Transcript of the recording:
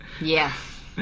Yes